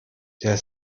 der